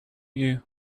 you